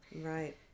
Right